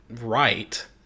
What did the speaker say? right